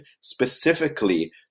specifically